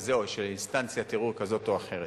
כזה או של אינסטנציית ערעור כזאת או אחרת.